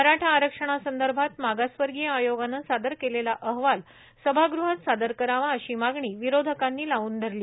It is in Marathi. मराठा आरक्षणासंदर्भात मागासवर्गीय आयोगानं सादर केलेला अहवाल सभागृहात सादर करावा अशी मागणी विरोधकांनी लावून धरली